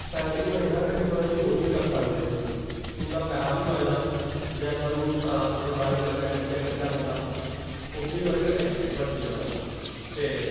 time बी बचदा कन्नै तुस फिर ओह् बी करी सकदे ओ तुं'दा पैहा बी बचदा जि'यां थुहानूं ट्रांस्पोट औने दा जाने दा गड्डी दा खर्चा पौंदा ओह् बी ओह्दे कन्नै बची जंदा ते